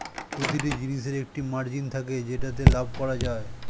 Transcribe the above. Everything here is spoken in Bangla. প্রতিটি জিনিসের একটা মার্জিন থাকে যেটাতে লাভ করা যায়